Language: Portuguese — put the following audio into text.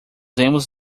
vemos